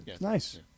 nice